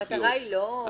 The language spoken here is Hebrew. המטרה היא לא ענישה פה.